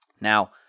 Now